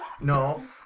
No